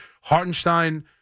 Hartenstein